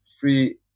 Three